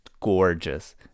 gorgeous